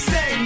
Say